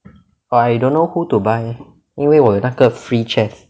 !wah! I don't know who to buy eh 因为我有那个 free chest